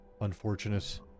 unfortunate